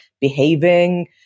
behaving